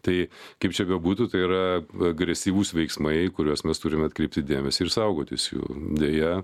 tai kaip čia bebūtų tai yra agresyvūs veiksmai į kuriuos mes turim atkreipti dėmesį ir saugotis jų deja